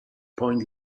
point